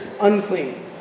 unclean